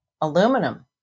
aluminum